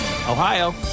Ohio